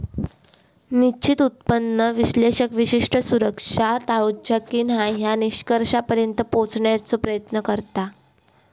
निश्चित उत्पन्न विश्लेषक विशिष्ट सुरक्षा टाळूची की न्हाय या निष्कर्षापर्यंत पोहोचण्याचो प्रयत्न करता